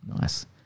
nice